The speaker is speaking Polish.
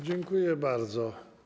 Dziękuję bardzo.